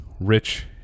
rich